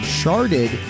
charted